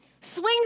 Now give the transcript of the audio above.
swings